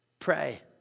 Pray